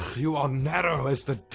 you are narowe as the.